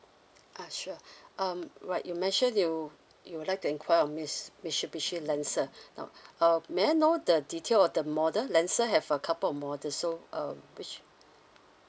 ah sure um what you mention you you would like to enquire on mits~ mitsubishi lancer now uh may I know the detail or the model lancer have a couple of model so um which